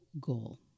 goal